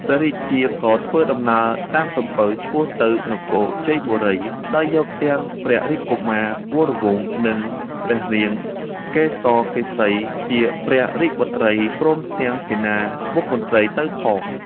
ព្រះរាជាក៏ធ្វើដំណើរតាមសំពៅឆ្ពោះទៅនគរជ័យបូរី ដោយយកទាំងព្រះរាជកុមារវរវង្ស នឹងព្រះនាងកេសកេសីជាព្រះរាជបុត្រី ព្រមទាំងសេនាមុខមន្ត្រីទៅផង។